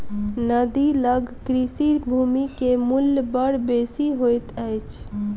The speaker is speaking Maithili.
नदी लग कृषि भूमि के मूल्य बड़ बेसी होइत अछि